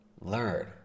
learn